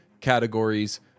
categories